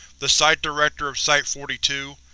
the site director of site forty two,